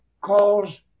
calls